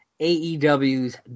AEW's